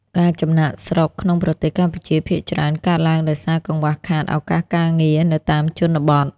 ការចំណាកស្រុកក្នុងប្រទេសកម្ពុជាភាគច្រើនកើតឡើងដោយសារកង្វះខាតឱកាសការងារនៅតាមជនបទ។